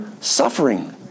suffering